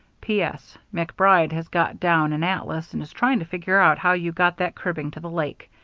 p s. macbride has got down an atlas and is trying to figure out how you got that cribbing to the lake.